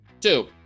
Two